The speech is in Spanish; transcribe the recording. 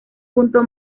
punto